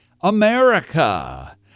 America